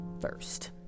First